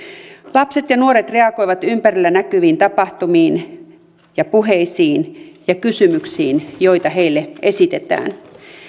lapset ja nuoret reagoivat ympärillä näkyviin tapahtumiin ja puheisiin ja kysymyksiin joita heille esitetään